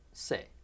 say